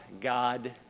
God